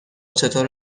چطور